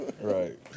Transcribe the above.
Right